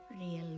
Real